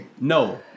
No